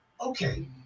Okay